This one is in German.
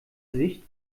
sicht